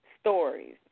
stories